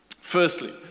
Firstly